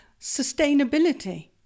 sustainability